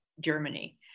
Germany